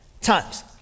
times